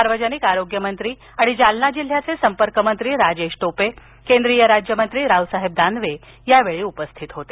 सार्वजनिक आरोग्य मंत्री आणि जालना जिल्ह्याचे संपर्क मंत्री राजेश टोपे केंद्रीय राज्यमंत्री रावसाहेब दानवे यावेळी उपस्थित होते